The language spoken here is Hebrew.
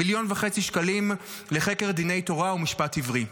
1.5 מיליון שקלים לחקר דיני תורה ומשפט עברי.